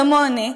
כמוני,